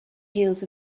heels